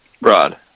Rod